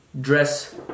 Dress